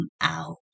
out